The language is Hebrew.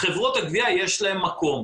ישבנו עם משרד הפנים.